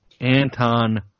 Anton